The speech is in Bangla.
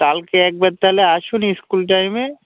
কালকে একবার তাহলে আসুন স্কুল টাইমে